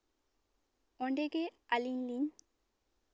ᱚᱸᱰᱮ ᱜᱮ ᱟᱞᱤᱧ ᱞᱤᱧ